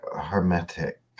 hermetic